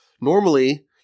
Normally